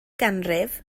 ganrif